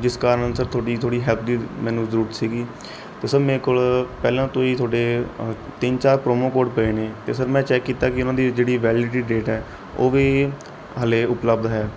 ਜਿਸ ਕਾਰਨ ਸਰ ਤੁਹਾਡੀ ਥੋੜ੍ਹੀ ਹੈਲਪ ਦੀ ਮੈਨੂੰ ਜ਼ਰੂਰਤ ਸੀਗੀ ਅਤੇ ਸਰ ਮੇਰੇ ਕੋਲ ਪਹਿਲਾਂ ਤੋਂ ਹੀ ਤੁਹਾਡੇ ਤਿੰਨ ਚਾਰ ਪ੍ਰੋਮੋ ਕੋਡ ਪਏ ਨੇ ਅਤੇ ਸਰ ਮੈਂ ਚੈੱਕ ਕੀਤਾ ਕਿ ਇਹਨਾਂ ਦੀ ਜਿਹੜੀ ਵੈਲਿਡੀਟੀ ਡੇਟ ਹੈ ਉਹ ਵੀ ਹਾਲੇ ਉਪਲਬਧ ਹੈ